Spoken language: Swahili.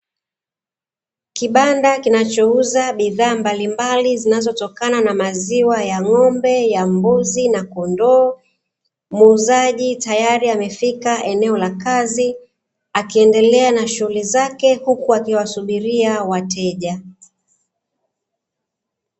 Kibanda kinachouza bidhaa mbalimbali zinazotokana na maziwa ya ng'ombe, ya mbuzi na kondoo. Muuzaji tayari amefika eneo la kazi, akiendelea na shughuli zake, huku akiwasubiria wateja.